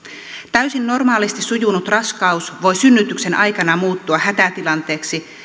täysin normaalisti sujunut raskaus voi synnytyksen aikana muuttua hätätilanteeksi